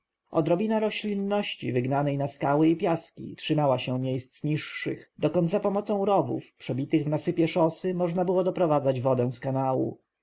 odrobina roślinności wygnanej na skały i piaski trzymała się miejsc niższych dokąd zapomocą rowów przebitych w nasypie szosy można było doprowadzić wodę z kanału